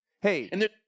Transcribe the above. hey